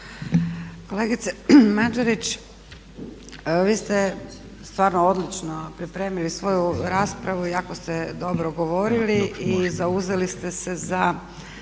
Kolegice Mađerić vi ste stvarno odlično pripremili svoju raspravu, jako ste dobro govorili i zauzeli ste se za